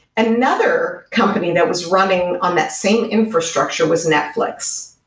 and another company that was running on that same infrastructure was netflix,